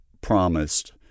promised